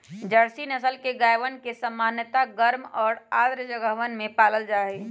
Jersey नस्ल के गायवन के सामान्यतः गर्म और आर्द्र जगहवन में पाल्ल जाहई